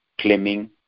Claiming